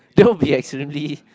don't be absolutely